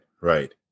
right